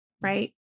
Right